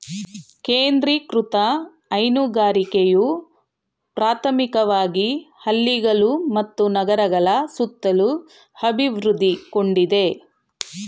ಕೇಂದ್ರೀಕೃತ ಹೈನುಗಾರಿಕೆಯು ಪ್ರಾಥಮಿಕವಾಗಿ ಹಳ್ಳಿಗಳು ಮತ್ತು ನಗರಗಳ ಸುತ್ತಲೂ ಅಭಿವೃದ್ಧಿಗೊಂಡಿದೆ